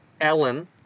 Ellen